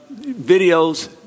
videos